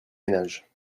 ménages